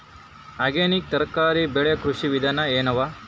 Organic ತರಕಾರಿ ಬೆಳಿ ಕೃಷಿ ವಿಧಾನ ಎನವ?